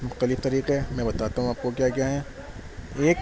مختلف طریقے میں بتاتا ہوں آپ کو کیا کیا ہیں ایک